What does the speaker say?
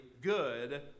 good